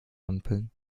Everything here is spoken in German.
ampeln